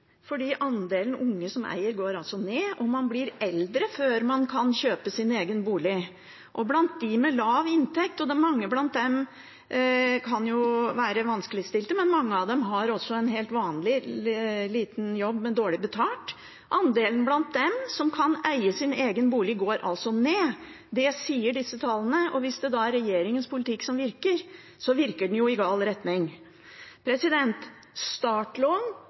andelen unge som eier, går altså ned, og man blir eldre før man kan kjøpe sin egen bolig. Andelen blant dem med lav inntekt – og mange blant dem kan være vanskeligstilte, men mange av dem har også en helt vanlig liten jobb, men dårlig betalt – som kan eie sin egen bolig, går altså ned. Det sier disse tallene, og hvis det da er regjeringens politikk som virker, virker den jo i gal retning. Startlån